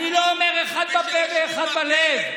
אני לא אומר אחד בפה ואחד בלב.